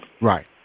Right